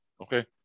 Okay